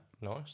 Nice